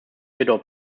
jedoch